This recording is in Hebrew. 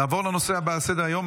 נעבור לנושא הבא על סדר-היום,